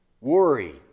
Worry